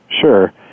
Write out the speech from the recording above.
Sure